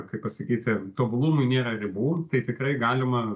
kaip pasakyti tobulumui nėra ribų tai tikrai galima